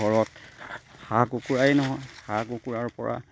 ঘৰত হাঁহ কুকুৰাই নহয় হাঁহ কুকুৰাৰ পৰা